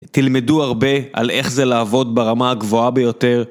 תלמדו הרבה על איך זה לעבוד ברמה הגבוהה ביותר.